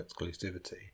exclusivity